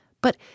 But